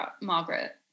Margaret